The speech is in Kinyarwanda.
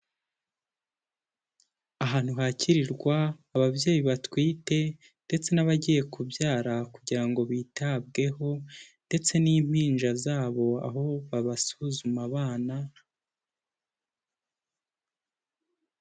Ahantu hakirirwa ababyeyi batwite, ndetse n'abagiye kubyara kugira ngo bitabweho, ndetse n'impinja zabo aho abasuzuma abana...